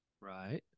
right